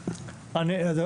הם שלחו התייחסות?